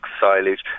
silage